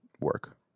work